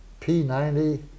P90